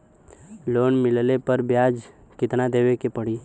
Loan मिलले पर ब्याज कितनादेवे के पड़ी?